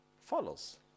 follows